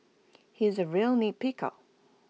he is A real nitpicker